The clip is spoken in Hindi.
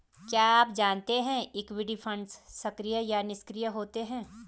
क्या आप जानते है इक्विटी फंड्स सक्रिय या निष्क्रिय होते हैं?